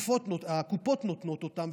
הקופות נותנות אותן.